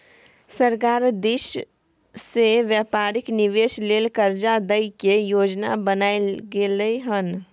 सरकार दिश से व्यापारिक निवेश लेल कर्जा दइ के योजना बनाएल गेलइ हन